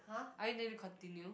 are you intending to continue